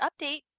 update